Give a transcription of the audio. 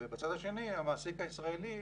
בצד השני המעסיק הישראלי,